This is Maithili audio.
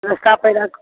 रास्ता पेरा